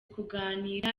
kuganira